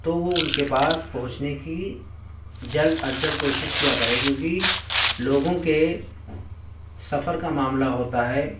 تو وہ ان کے پاس پہنچنے کی جلد از جلد کوشش کیا کرے کیونکہ لوگوں کے سفر کا معاملہ ہوتا ہے